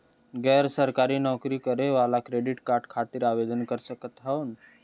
गैर सरकारी नौकरी करें वाला क्रेडिट कार्ड खातिर आवेदन कर सकत हवन?